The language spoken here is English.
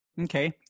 Okay